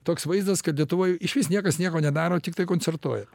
toks vaizdas kad lietuvoj išvis niekas nieko nedaro tiktai koncertuoja